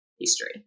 history